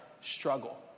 struggle